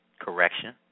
correction